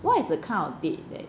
what is the kind of date that